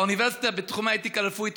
באוניברסיטה הוא ימשיך בתחומי האתיקה הרפואית,